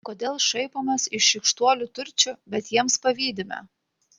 kodėl šaipomės iš šykštuolių turčių bet jiems pavydime